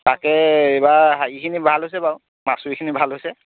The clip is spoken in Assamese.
তাকে এইবাৰ শালিখিনি ভাল হৈছে বাাৰু মাচুৰিখিনি ভাল হৈছে